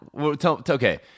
Okay